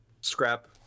Scrap